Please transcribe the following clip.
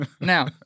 Now